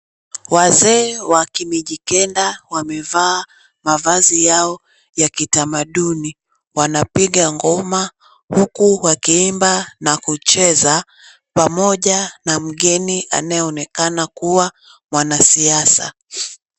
Wazee wa kimijikenda wamevaa mavazi yao ya kitamaduni. Wanapiga ngoma huku wakiimba na kucheza, pamoja na mgeni anayeonekana kuwa mwanasiasa.